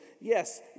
yes